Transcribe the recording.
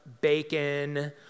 bacon